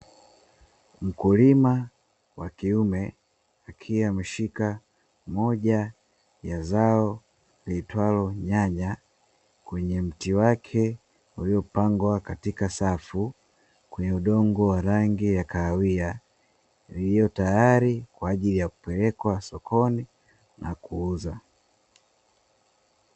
Mkulima wa kiume akiwa ameshika moja ya zao la nyanya kwenye mti wake uliopangwa katika safu kwenye udongo wa rangi ya kahawia. Iliyo tayari kwa ajili kupelekwa sokoni kwa ajili ya kuuzwa.